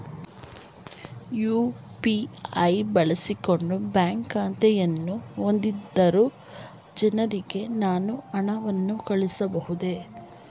UPI ಬಳಸಿಕೊಂಡು bank ಖಾತೆಯನ್ನು ಹೊಂದಿರದ ಜನರಿಗೆ ನಾನು ಹಣವನ್ನು ಕಳುಹಿಸಬಹುದೇ?